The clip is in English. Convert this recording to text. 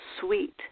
Sweet